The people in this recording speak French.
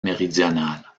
méridionale